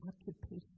occupation